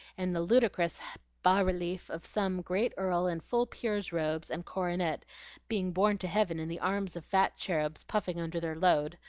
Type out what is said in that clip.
and the ludicrous has-relief of some great earl in full peer's robes and coronet being borne to heaven in the arms of fat cherubs puffing under their load,